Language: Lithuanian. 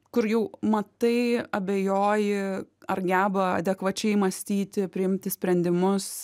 kur jau matai abejoji ar geba adekvačiai mąstyti priimti sprendimus